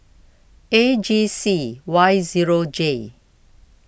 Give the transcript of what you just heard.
A G C Y zero J